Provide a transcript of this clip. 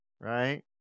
right